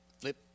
flip